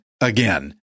again